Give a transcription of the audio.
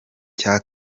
cya